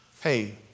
hey